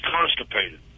constipated